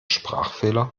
sprachfehler